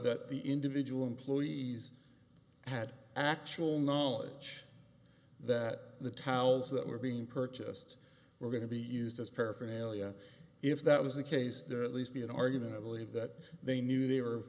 that the individual employees had actual knowledge that the towels that were being purchased were going to be used as paraphernalia if that was the case there at least be an argument i believe that they knew they were